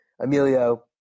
Emilio